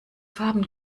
farben